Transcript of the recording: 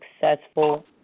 Successful